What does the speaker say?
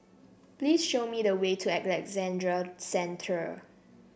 please show me the way to Alexandra Central